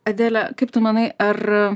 adele kaip tu manai ar